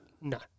No